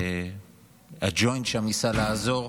הג'וינט שם ניסה לעזור,